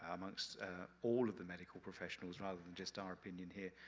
um amongst all of the medical professionals, rather than just our opinion here,